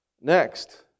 Next